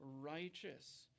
righteous